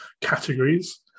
categories